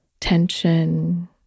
tension